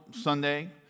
Sunday